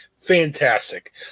Fantastic